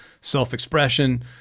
self-expression